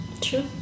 True